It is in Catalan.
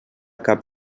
cap